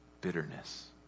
bitterness